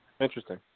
Interesting